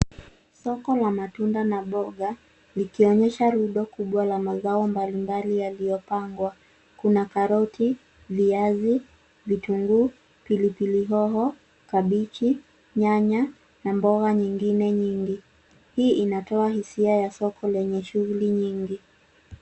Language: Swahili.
Soko la matunda na mboga likionyesha rundo kubwa la mazao mbalimbali yaliyo pangwa. Kuna karoti, viazi, vitunguu, pilipili hoho, kabichi, nyanya na mboga nyingine nyingi. Hii inatoa hisia ya soko lenye shughuli nyingi.